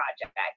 project